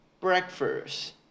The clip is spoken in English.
breakfast